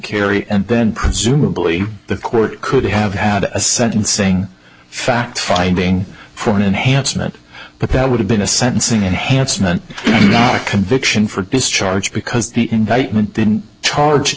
carry and then presumably the court could have had a sentencing fact finding for an enhanced meant but that would have been a sentencing enhancement not a conviction for discharge because the indictment didn't charge